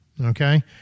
Okay